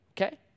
okay